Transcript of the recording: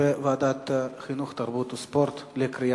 לוועדת החינוך, התרבות והספורט נתקבלה.